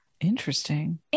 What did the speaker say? Interesting